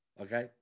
Okay